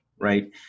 Right